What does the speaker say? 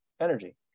energy